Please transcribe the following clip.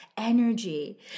Energy